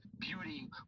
beauty